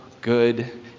good